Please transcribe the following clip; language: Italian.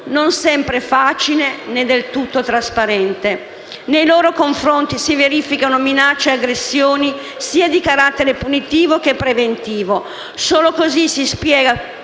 non sempre facile, né del tutto trasparente. Nei loro confronti si verificano minacce e aggressioni sia di carattere punitivo che preventivo, solo così si spiega